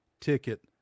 ticket